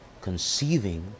conceiving